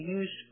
use